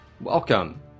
welcome